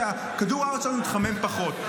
ושכדור הארץ שלנו יתחמם פחות.